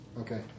Okay